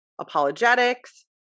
apologetics